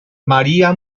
maría